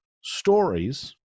stories